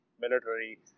military